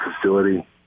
facility